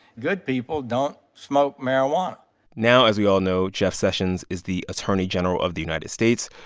good people don't smoke marijuana now, as we all know, jeff sessions is the attorney general of the united states,